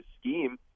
scheme